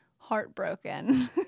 heartbroken